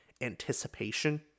anticipation